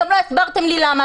גם לא הסברתם לי למה.